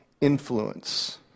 influence